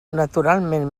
naturalment